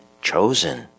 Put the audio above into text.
chosen